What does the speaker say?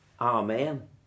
Amen